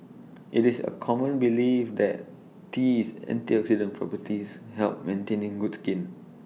IT is A common belief that tea's antioxidant properties help maintaining good skin